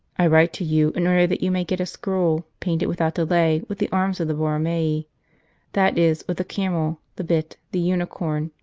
i write to you in order that you may get a scroll painted without delay with the arms of the borromei that is, with the camel, the bit, the unicorn,